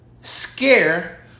scare